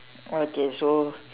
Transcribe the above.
okay so